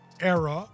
era